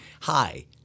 hi